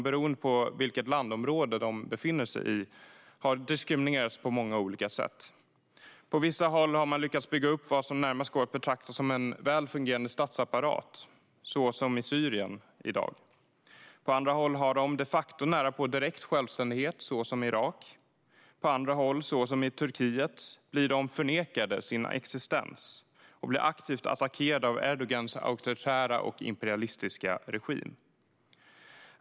Beroende på vilket landområde kurderna befinner sig i diskrimineras de på olika sätt. På vissa håll har de lyckats bygga upp vad som närmast går att betrakta som en väl fungerande statsapparat, så som i Syrien i dag. På andra håll har de närapå direkt självständighet, så som i Irak. På andra håll, så som i Turkiet, förnekas de att existera och de blir aktivt attackerade av Erdogans auktoritära och imperialistiska regim.